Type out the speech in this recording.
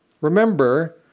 Remember